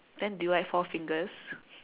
then do you like Four Fingers